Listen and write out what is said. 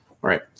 right